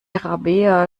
rabea